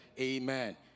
Amen